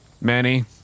Manny